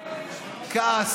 כעס